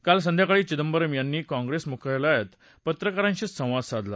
काल संध्याकाळी चिदंबरम यांनी काँप्रेस मुख्यालयात पत्रकारांशी संवाद साधाल